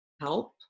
help